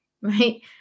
right